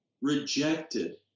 rejected